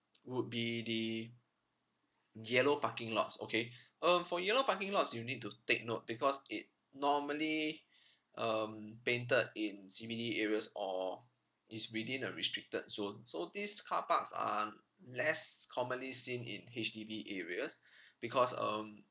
would be the yellow parking lots okay um for yellow parking lots you need to take note because it normally um painted in C_B_D areas or is within a restricted zone so these car parks are less commonly seen in H_D_B areas because um